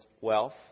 wealth